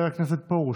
חבר הכנסת פרוש,